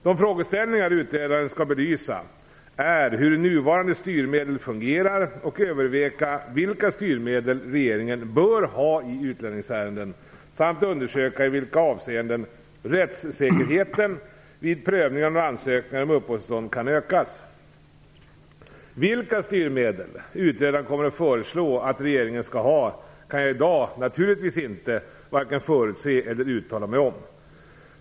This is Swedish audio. De frågeställningar utredaren skall belysa är hur nuvarande styrmedel fungerar och överväga vilka styrmedel regeringen bör ha i utlänningsärenden samt undersöka i vilka avseenden rättssäkerheten vid prövningen av ansökningar om uppehållstillstånd kan ökas. Vilka styrmedel utredaren kommer att föreslå att regeringen skall ha kan jag i dag naturligtvis varken förutse eller uttala mig om.